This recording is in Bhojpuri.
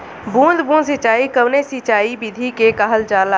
बूंद बूंद सिंचाई कवने सिंचाई विधि के कहल जाला?